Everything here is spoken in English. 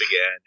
again